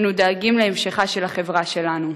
אנו דואגים להמשכה של החברה שלנו.